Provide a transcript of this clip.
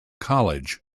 college